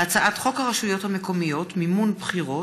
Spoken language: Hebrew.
הצעת חוק הרשויות המקומיות (מימון בחירות)